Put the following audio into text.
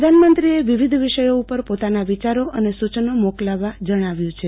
પ્રધાનમંત્રીએ વિવિધ વિષયો ઉપર પોતાના વિચારો અને સૂચનો મોકલવા જજ્ઞાવ્યું છે